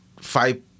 Five